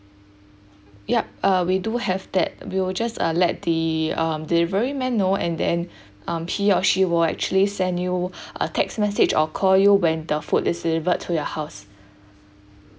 yup uh we do have that we will just uh let the um delivery man know and then um he or she will actually send you a text message or call you when the food is delivered to your house